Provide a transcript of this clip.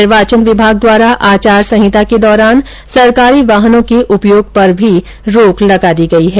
निर्वाचन विभाग द्वारा आचर्य संहिता के दौरान सरकारी वाहनों के उपयोग पर भी रोक लगा दी गयी है